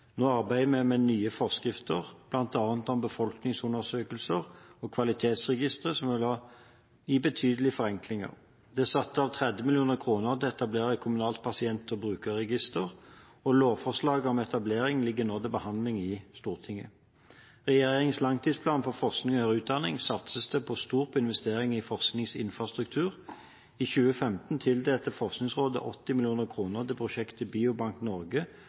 Nå arbeider vi med nye forskrifter, bl.a. om befolkningsundersøkelser og kvalitetsregistre, som vil gi betydelige forenklinger. Det er satt av 30 mill. kr til å etablere et kommunalt pasient- og brukerregister, og lovforslaget om etablering ligger nå til behandling i Stortinget. I regjeringens langtidsplan for forskning og høyere utdanning satses det stort på investeringer i forskningsinfrastruktur. I 2015 tildelte Forskningsrådet 80 mill. kr til prosjektet Biobank Norge